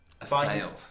assailed